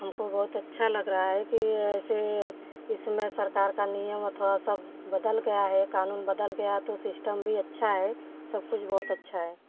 हमको बहुत अच्छा लग रहा है कि ऐसे इसमें सरकार का नियम अथवा सब बदल गया है क़ानून बदल गया तो सिष्टम भी अच्छा है सब कुछ बहुत अच्छा है